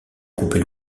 couper